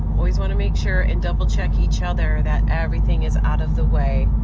always want to make sure, and double-check each other, that everything is out of the way.